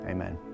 Amen